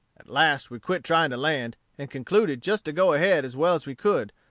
at last we quit trying to land, and concluded just to go ahead as well as we could,